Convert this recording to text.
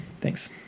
Thanks